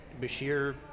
Bashir